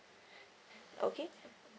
okay